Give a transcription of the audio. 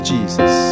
Jesus